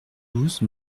douze